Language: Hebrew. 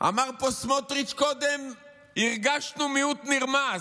אמר פה סמוטריץ' קודם: הרגשנו מיעוט נרמס.